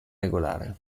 regolare